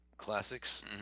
Classics